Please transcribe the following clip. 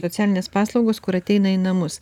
socialinės paslaugos kur ateina į namus